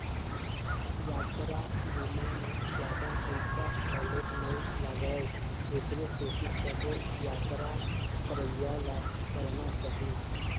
यातरा बीमा म जादा पइसा घलोक नइ लागय एखरे सेती सबो यातरा करइया ल कराना चाही